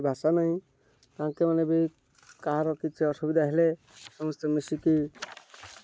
ଭାଷା ନାହିଁ ତାଙ୍କେମାନେ ବି କାହାର କିଛି ଅସୁବିଧା ହେଲେ ସମସ୍ତେ ମିଶିକି